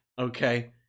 okay